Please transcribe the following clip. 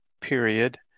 period